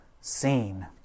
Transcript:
seen